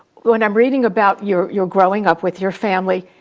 when i'm reading about your your growing up with your family,